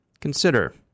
Consider